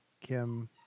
Kim